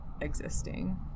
existing